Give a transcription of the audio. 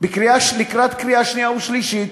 לקראת קריאה שנייה ושלישית.